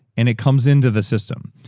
and it comes into the system.